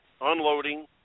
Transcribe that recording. unloading